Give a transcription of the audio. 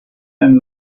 and